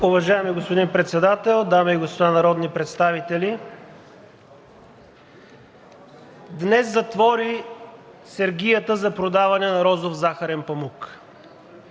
Уважаеми господин Председател, дами и господа народни представители! Днес затвори сергията за продаване на розов захарен памук.